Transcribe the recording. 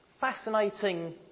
fascinating